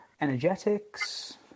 energetics